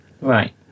right